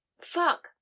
fuck